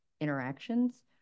interactions